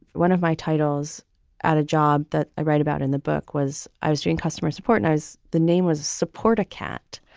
one of my titles at a job that i write about in the book was i was doing customer support, knows the name was support a cat.